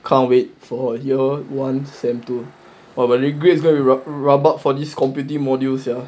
can't wait for year one semester two !wah! but it's going to be for this computing module sia